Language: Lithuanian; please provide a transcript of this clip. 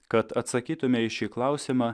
kad atsakytume į šį klausimą